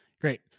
great